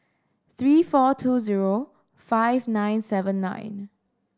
three four two zero five nine seven nine